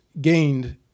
gained